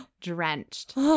drenched